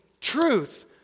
truth